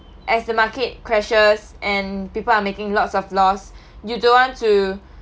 as the market crashes and people are making lots of loss you don't want to